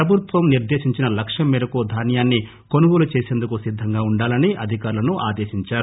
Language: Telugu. ప్రభుత్వం నిర్దేశించిన లక్ష్యం మేరకు ధాన్యాన్ని కొనుగోలు చేసేందుకు సిద్గంగా ఉండాలని అధికారులను ఆదేశించారు